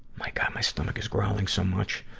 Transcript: my god, my stomach is growling so much.